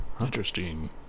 interesting